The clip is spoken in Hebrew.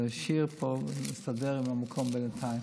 נשאיר פה ונסתדר עם המקום בינתיים.